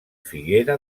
figuera